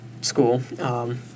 school